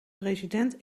president